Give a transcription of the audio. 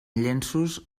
llenços